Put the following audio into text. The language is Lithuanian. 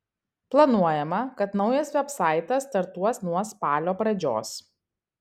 planuojama kad naujas vebsaitas startuos nuo spalio pradžios